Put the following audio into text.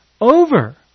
over